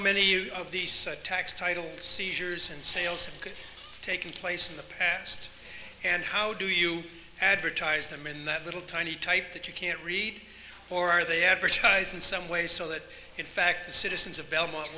you of these tax title seizures and sales could take place in the past and how do you advertise them in that little tiny type that you can't read or are they advertise in some way so that in fact the citizens of belmont